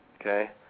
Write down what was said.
okay